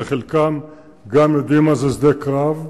שחלקם גם יודעים מה זה שדה קרב: